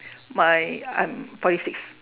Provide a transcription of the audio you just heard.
my I'm forty six